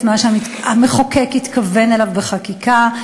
את מה שהמחוקק התכוון אליו בחקיקה.